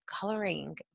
coloring